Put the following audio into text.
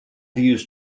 views